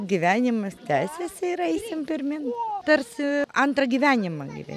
gyvenimas tęsiasi ir eisim pirmyn tarsi antrą gyvenimą gyve